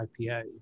IPO